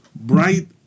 bright